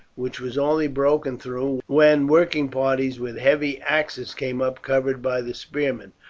which was only broken through when working parties with heavy axes came up covered by the spearmen.